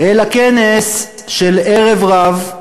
אלא כנס של ערב-רב,